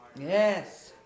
Yes